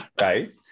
Right